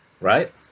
right